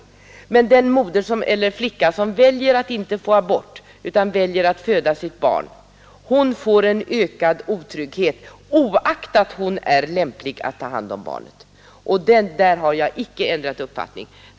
Den flicka som inte söker abort utan väljer att föda sitt barn får en ökad otrygghet oaktat hon är lämplig att ta hand om barnet. På den punkten har jag alltså inte ändrat uppfattning.